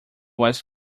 was